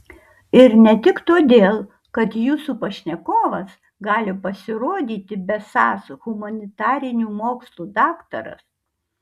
ir ne tik todėl kad jūsų pašnekovas gali pasirodyti besąs humanitarinių mokslų daktaras